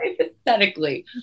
Hypothetically